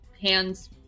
hands